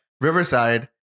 Riverside